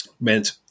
meant